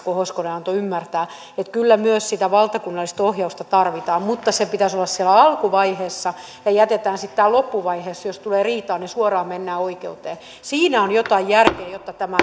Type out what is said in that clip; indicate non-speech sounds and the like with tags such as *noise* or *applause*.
kuin hoskonen antoi ymmärtää kyllä myös sitä valtakunnallista ohjausta tarvitaan mutta sen pitäisi olla siellä alkuvaiheessa ja sitten loppuvaiheessa jos tulee riitaa niin suoraan mennään oikeuteen siinä on jotain järkeä jotta tämä *unintelligible*